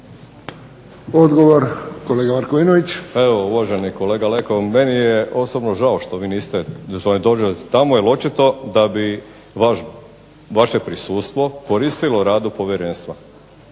Krunoslav (HDZ)** Pa evo uvaženi kolega Leko meni je osobno žao što vi niste, što ne dođete tamo jer očito da bi vaše prisustvo koristilo radu povjerenstva